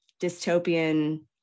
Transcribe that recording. dystopian